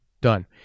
done